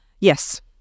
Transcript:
Yes